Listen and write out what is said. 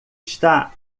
está